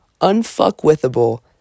unfuckwithable